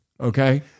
okay